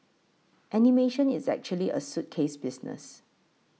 animation is actually a suitcase business